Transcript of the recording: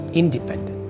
independent